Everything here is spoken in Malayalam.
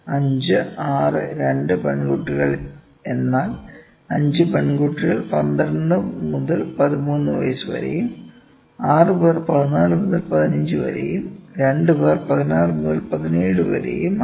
5 6 2 പെൺകുട്ടികൾ എന്നാൽ 5 പെൺകുട്ടികൾ 12 മുതൽ 13 വയസ്സ് വരെയും 6 പേർ 14 മുതൽ 15 വരെയും 2 പേർ 16 മുതൽ 17 വരെയും ആണ്